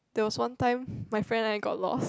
there was one time my friend and I got lost